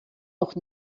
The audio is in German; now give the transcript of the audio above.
noch